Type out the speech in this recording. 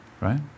right